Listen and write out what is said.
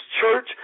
church